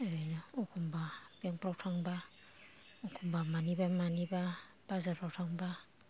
ओरैनो एखमबा बेंकफ्राव थांबा एखमबा मानिबा मानिबा बाजारफ्राव थांबा